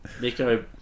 Nico